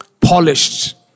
polished